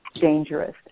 dangerous